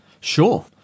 Sure